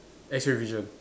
X-ray vision